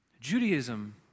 Judaism